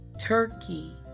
Turkey